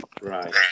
Right